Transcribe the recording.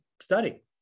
study